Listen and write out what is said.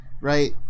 right